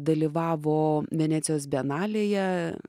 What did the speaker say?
dalyvavo venecijos bienalėje